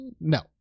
No